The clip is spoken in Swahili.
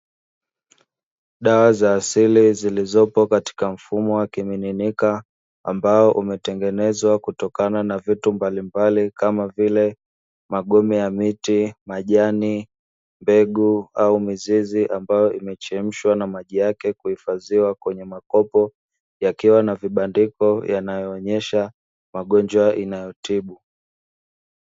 Dawa za asili zilizopo katika mfumo wa kimiminika ambao umetengenezwa kutokana na vitu mbalimbali kama vile: magome ya miti, majani, mbegu au mizizi ambayo imechemshwa na maji yake kuhifadhiwa kwenye makopo, yakiwa na vibandiko yanayoonyesha magonjwa inayotibu.